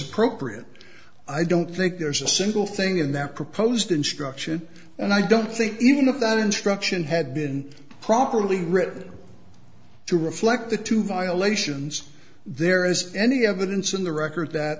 appropriate i don't think there's a single thing in that proposed instruction and i don't think even if that instruction had been properly written to reflect the two violations there is any evidence in the record that